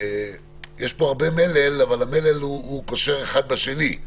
יש פה הרבה מלל, אבל המלל הוא קושר אחד בשני.